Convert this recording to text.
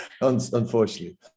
Unfortunately